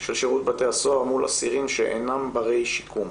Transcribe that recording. של שירות בתי הסוהר מול אסירים שאינם ברי שיקום.